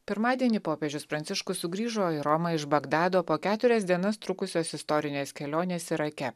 pirmadienį popiežius pranciškus sugrįžo į romą iš bagdado po keturias dienas trukusios istorinės kelionės irake